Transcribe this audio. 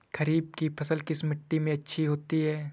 खरीफ की फसल किस मिट्टी में अच्छी होती है?